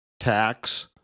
tax